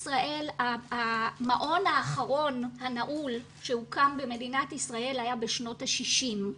המעון האחרון הנעול שהוקם במדינת ישראל היה בשנות ה-60.